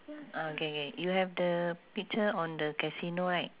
ah K K you have the picture on the casino right